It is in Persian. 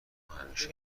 همیشه